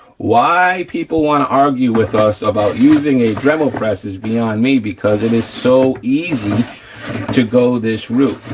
why people wanna argue with us about using a dremel press is beyond me because it is so easy to go this route,